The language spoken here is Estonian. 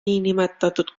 niinimetatud